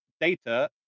data